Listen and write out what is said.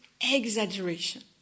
exaggeration